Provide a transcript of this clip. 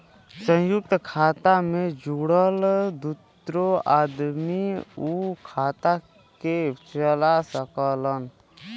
संयुक्त खाता मे जुड़ल दुन्नो आदमी उ खाता के चला सकलन